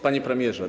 Panie Premierze!